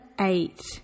eight